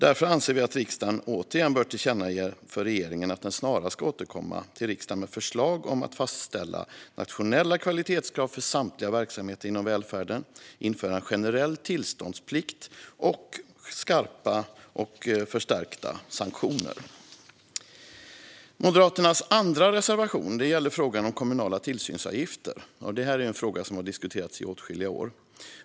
Därför bör riksdagen återigen tillkännage för regeringen att den snarast ska återkomma till riksdagen med förslag om att fastställa nationella kvalitetskrav för samtliga verksamheter inom välfärden och införa en generell tillståndsplikt samt skärpta och förstärkta sanktioner. Moderaternas andra reservation gäller frågan om kommunala tillsynsavgifter, och det är en fråga som har diskuterats i åtskilliga år.